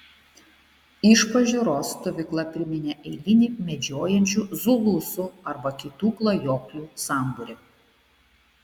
iš pažiūros stovykla priminė eilinį medžiojančių zulusų arba kitų klajoklių sambūrį